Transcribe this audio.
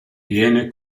viene